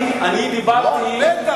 בטח.